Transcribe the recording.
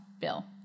Bill